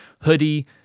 hoodie